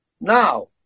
Now